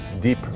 deep